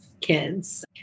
kids